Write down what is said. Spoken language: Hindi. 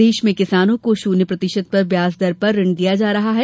प्रदेश में किसानों को शून्य प्रतिशत ब्याज दर पर ऋण दिया जा रहा है